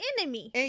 enemy